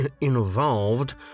involved